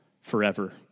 forever